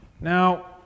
Now